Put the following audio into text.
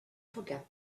forget